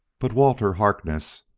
but walter harkness,